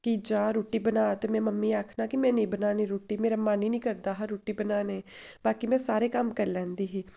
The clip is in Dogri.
कि जा रुट्टी बनाऽ ते में मम्मी गी आखना कि में नेईं बनानी रुट्टी मेरा मन ही निं करदा हा रुट्टी बनाने बाकी में सारे कम्म करी लैंदी ही